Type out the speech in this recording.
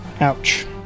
Ouch